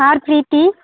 R Preethi